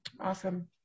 Awesome